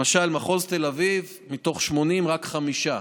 למשל מחוז תל אביב, מתוך 80, רק חמישה,